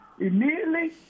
immediately